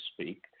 speak